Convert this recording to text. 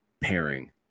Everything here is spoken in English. pairing